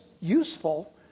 useful